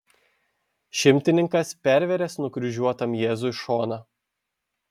šimtininkas pervėręs nukryžiuotam jėzui šoną